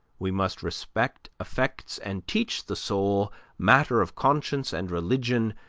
we must respect effects and teach the soul matter of conscience and religion,